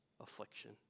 affliction